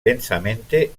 densamente